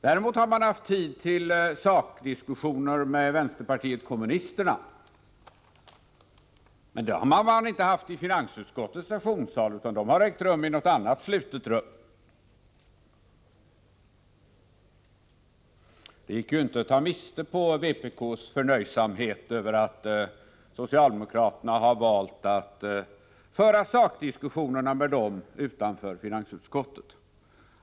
Däremot har man haft tid till sakdiskussioner med vänsterpartiet kommunisterna, men inte i finansutskottets sessionssal, utan de har ägt rum i något annat slutet rum. Det gick inte att ta miste på vpk:s förnöjsamhet över att socialdemokraterna har valt att föra sakdiskussionerna med dem utanför finansutskottet.